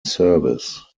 service